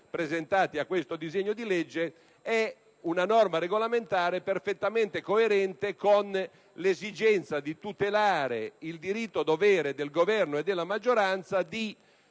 presentati a questo disegno di legge, è una norma regolamentare perfettamente coerente con l'esigenza di tutelare il diritto-dovere del Governo e della maggioranza di